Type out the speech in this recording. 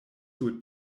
sur